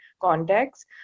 context